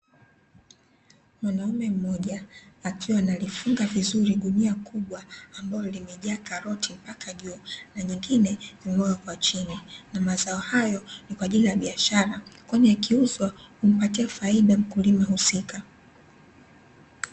Mwanaume mmoja akiwa analifunga vizuri gunia kubwa ambalo limajaa karoti mpaka juu na nyengine kumwagwa kwa chini, na mazao hayo ni kwaajili ya biashara kwani yakiuzwa humpatia faida mkulima husika.